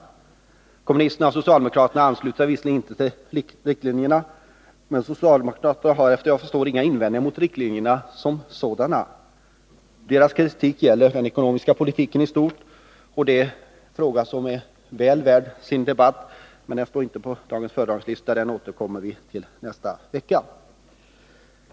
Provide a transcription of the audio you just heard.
Kommunisterna och socialdemokraterna ansluter sig visserligen inte till riktlinjerna, men socialdemokraterna har efter vad jag förstår inga invändningar mot riktlinjerna som sådana. Deras kritik gäller den ekonomiska politiken i stort. Det är en fråga som är väl värd sin debatt, men den står inte på dagens föredragningslista, utan den återkommer vi till nästa vecka.